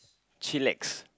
chillax